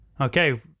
okay